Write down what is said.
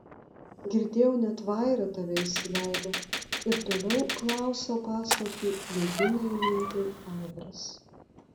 girdėjau net vaira tave įsileido ir toliau klauso paslaptį mėgina įminti aivaras